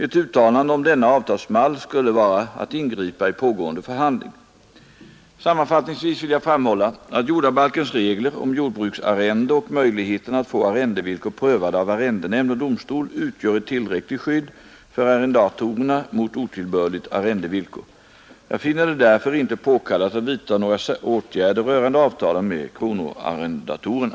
Ett uttalande om denna avtalsmall skulle vara att ingripa i en pågående förhandling. Sammanfattningsvis vill jag framhålla att jordabalkens regler om jordbruksarrende och möjligheterna att få arrendevillkor prövade av arrendenämnd och domstol utgör ett tillräckligt skydd för arrendatorerna mot otillbörliga arrendevillkor. Jag finner det därför inte påkallat att vidta några åtgärder rörande avtalen med kronoarrendatorerna.